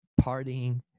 partying